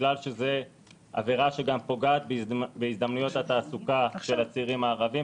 בגלל שזו עבירה שגם פוגעת בהזדמנויות התעסוקה של הצעירים הערבים,